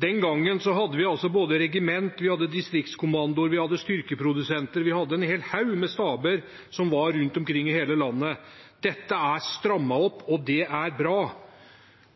Den gangen hadde vi regimenter, vi hadde distriktskommandoer, vi hadde styrkeprodusenter, vi hadde en hel haug med staber som var rundt omkring i hele landet. Dette er strammet opp, og det er bra.